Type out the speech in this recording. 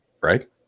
Right